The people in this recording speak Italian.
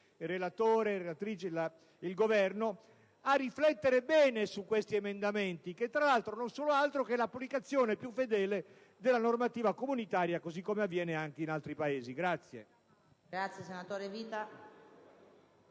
il rappresentante del Governo a riflettere bene su questi emendamenti, che non sono altro che l'applicazione più fedele della normativa comunitaria, così come avviene anche in altri Paesi.